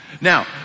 Now